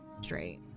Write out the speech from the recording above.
straight